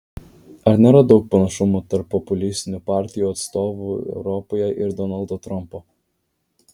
ar nėra daug panašumų tarp populistinių partijų atstovų europoje ir donaldo trumpo